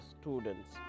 students